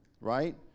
right